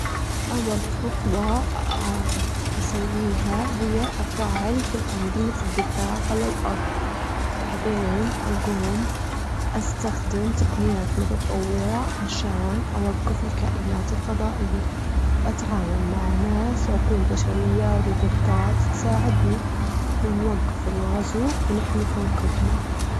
أول خطوة أسويها هي أفعل كل أنظمة الدفاع على الأرض، بعدين أجوم استخدم تقنيات متطورة عشان أوجف الكائنات الفضائية، وأتعاون مع ناس عقول بشرية وRebots تساعدني ونوجف الغزو ونحمي كوكبنا.